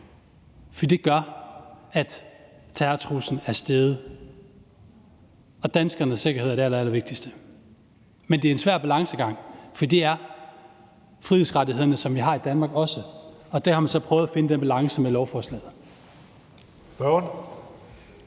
For det gør, at terrortruslen er steget, og danskernes sikkerhed er det allerallervigtigste. Men det er en svær balancegang, for det er frihedsrettighederne, som vi har i Danmark, også, og der har man så prøvet at finde den balance med lovforslaget.